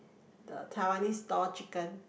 the Taiwanese stall chicken